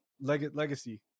Legacy